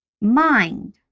mind